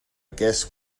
guess